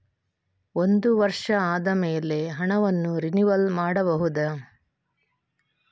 ಒಂದು ವರ್ಷ ಆದಮೇಲೆ ಹಣವನ್ನು ರಿನಿವಲ್ ಮಾಡಬಹುದ?